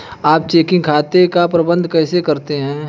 आप चेकिंग खाते का प्रबंधन कैसे करते हैं?